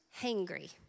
hangry